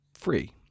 free